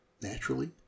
naturally